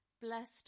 Blessed